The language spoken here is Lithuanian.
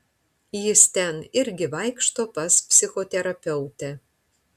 jis ten irgi vaikšto pas psichoterapeutę